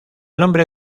nombre